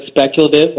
speculative